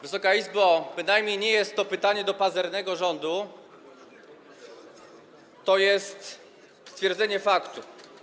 Wysoka Izbo, bynajmniej nie jest to pytanie do pazernego rządu, to jest stwierdzenie faktu.